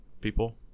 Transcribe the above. people